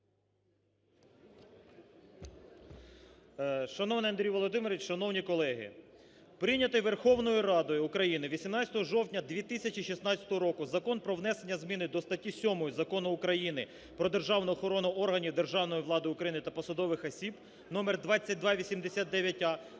Шановний Андрій Володимирович, шановні колеги, прийнятий Верховною Радою України 18 жовтня 2016 року Закон про внесення змін до статті 7 Закону України "Про державну охорону органів державної влади України та посадових осіб" (номер 2289а)